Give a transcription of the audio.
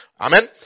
Amen